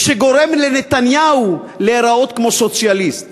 וגורם לנתניהו להיראות כמו סוציאליסט.